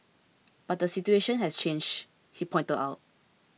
but the situation has changed he pointed out